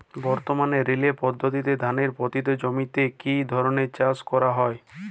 বর্তমানে রিলে পদ্ধতিতে ধানের পতিত জমিতে কী ধরনের চাষ করা হয়?